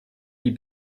die